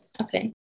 Okay